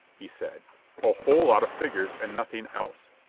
he said a whole lot of figures and nothing else.